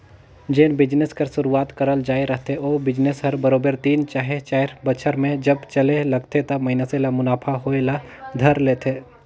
जेन बिजनेस कर सुरूवात करल जाए रहथे ओ बिजनेस हर बरोबेर तीन चहे चाएर बछर में जब चले लगथे त मइनसे ल मुनाफा होए ल धर लेथे